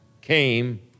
came